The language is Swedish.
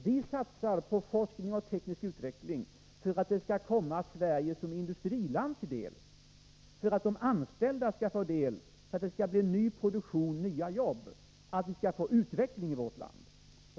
Vi satsar på forskning och teknisk utveckling för att det skall komma Sverige som industriland till del, för att de anställda skall få del av det, för att det skall bli ny produktion och nya jobb och för att vi skall få utveckling i vårt land.